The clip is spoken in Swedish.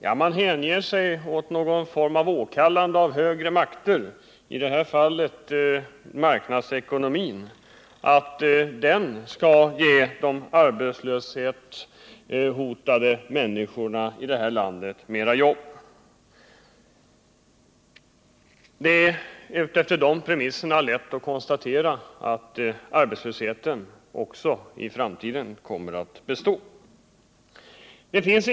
Ja, den hänger sig åt någon form av åkallande av högre makter, i detta fall marknadsekonomin, i hopp om att den skall ge de arbetslöshetshotade människorna här i landet mera jobb. Det är under de premisserna lätt att konstatera att arbetslösheten kommer att bestå också i framtiden.